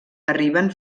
arriben